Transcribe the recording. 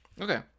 Okay